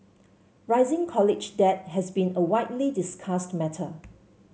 rising college debt has been a widely discussed matter